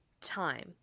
time